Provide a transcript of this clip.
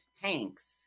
Hanks